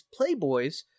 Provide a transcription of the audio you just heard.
Playboys